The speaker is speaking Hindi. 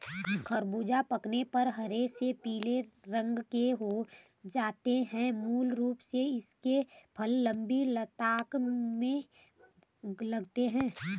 ख़रबूज़ा पकने पर हरे से पीले रंग के हो जाते है मूल रूप से इसके फल लम्बी लताओं में लगते हैं